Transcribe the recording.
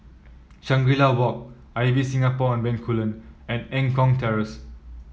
Shangri La Walk Ibis Singapore on Bencoolen and Eng Kong Terrace